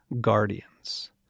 guardians